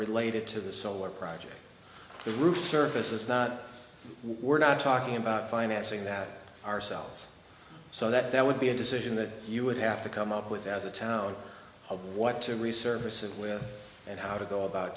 related to the solar project the roof surface is not we're not talking about financing that ourselves so that would be a decision that you would have to come up with as a town what to resurface it with and how to go about